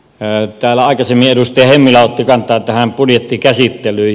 täällä aikaisemmin edustaja hemmilä otti kantaa tähän budjettikäsittelyyn